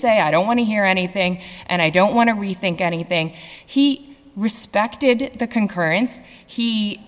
say i don't want to hear anything and i don't want to rethink anything he respected the concurrence he